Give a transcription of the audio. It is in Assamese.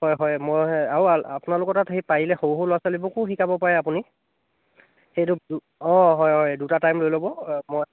হয় হয় মই আৰু আপোনালোকৰ তাত সেই পাৰিলে সৰু সৰু ল'ৰা ছোৱালীবোৰকো শিকাব পাৰে আপুনি সেইটো অঁ হয় হয় দুটা টাইম লৈ ল'ব মই